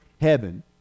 heaven